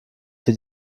für